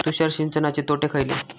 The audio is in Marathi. तुषार सिंचनाचे तोटे खयले?